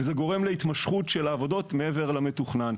וזה גורם להתמשכות של העבודות מעבר למתוכנן.